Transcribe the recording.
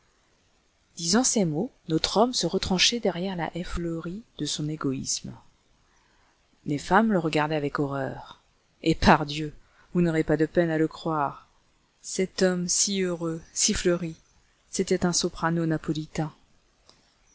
disant ces mots notre homme se retranchait derrière la haie fleurie de son égoïsme les femmes le regardaient avec horreur et pardieu vous n'aurez pas de peine à le croire cet homme si heureux si fleuri c'était un soprano napolitain